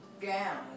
gown